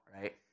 right